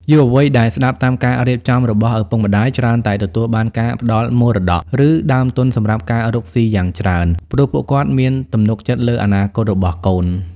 យុវវ័យដែលស្ដាប់តាមការរៀបចំរបស់ឪពុកម្ដាយ ច្រើនតែទទួលបានការផ្ដល់មរតក ឬដើមទុនសម្រាប់ការរកស៊ីយ៉ាងច្រើន ព្រោះពួកគាត់មានទំនុកចិត្តលើអនាគតរបស់កូន។